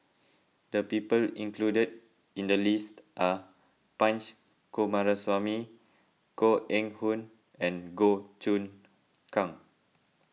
the people included in the list are Punch Coomaraswamy Koh Eng Hoon and Goh Choon Kang